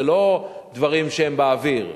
זה לא דברים שהם באוויר.